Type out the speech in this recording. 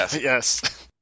Yes